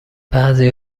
بعضی